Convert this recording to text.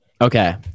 Okay